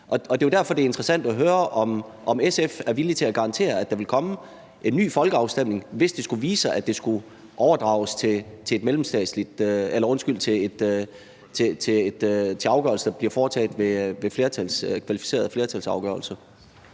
det er jo derfor, det er interessant at høre, om SF er villig til at garantere, at der vil komme en ny folkeafstemning, hvis det skulle vise sig, at man går over til, at afgørelser bliver foretaget med kvalificeret flertal. Kl.